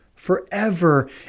forever